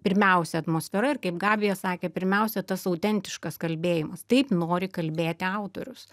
pirmiausia atmosfera ir kaip gabija sakė pirmiausia tas autentiškas kalbėjimas taip nori kalbėti autorius